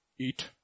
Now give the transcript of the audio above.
eat